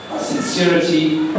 sincerity